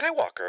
Skywalker